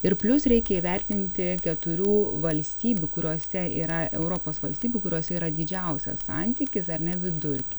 ir plius reikia įvertinti keturių valstybių kuriuose yra europos valstybių kuriose yra didžiausias santykis ar ne vidurkį